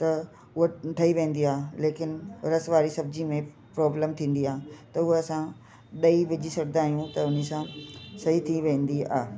त उहा ठई वेंदी आहे लेकिन रस वारी सब्जी में प्रॉब्लम थींदी आहे त उहे असां ॾही विझी छॾंदा आयूं त उन सां सही थी वेंदी आ